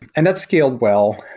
and that's scaled well.